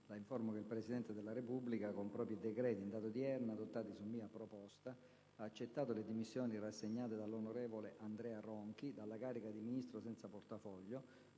La informo che il Presidente della Repubblica, con propri decreti in data odierna, adottati su mia proposta, ha accettato le dimissioni rassegnate dall'onorevole Andrea Ronchi dalla carica di Ministro senza portafoglio,